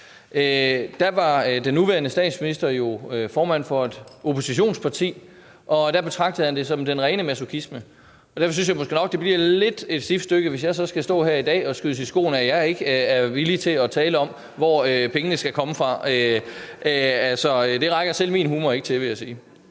var den nuværende statsminister jo formand for et oppositionsparti, og da betragtede han det som den rene masochisme. Derfor synes jeg måske nok, det lidt bliver et stift stykke, hvis jeg så skal stå her i dag og skydes i skoene, at jeg ikke er villig til at tale om, hvor pengene skal komme fra. Altså, det rækker selv min humor ikke til, vil jeg sige.